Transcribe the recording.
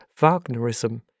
wagnerism